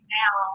now